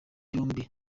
yombi